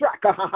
track